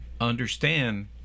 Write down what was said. understand